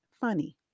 funny